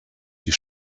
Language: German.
die